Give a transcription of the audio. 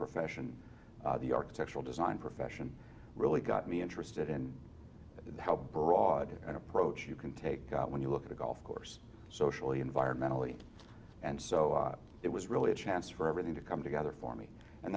profession the architectural design profession really got me interested in how broad approach you can take when you look at a golf course socially environmentally and so it was really a chance for everything to come together for me and